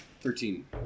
Thirteen